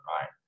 right